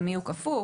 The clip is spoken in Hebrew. למי הוא כפוף,